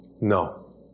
No